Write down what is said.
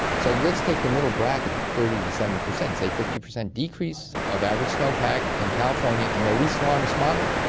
so let's take the middle bracket, thirty percent to seventy percent say fifty percent decrease of average snowpack in california in the least alarmist model,